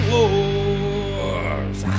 Wars